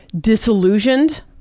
Disillusioned